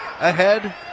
ahead